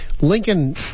Lincoln